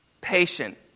patient